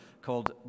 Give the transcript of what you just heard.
called